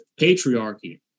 patriarchy